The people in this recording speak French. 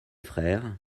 frères